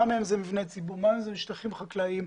מה מהם מבני ציבור ומה בשטחים חקלאיים,